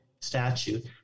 statute